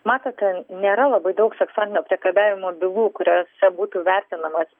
matote nėra labai daug seksualinio priekabiavimo bylų kuriose būtų vertinamas ir